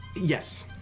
Yes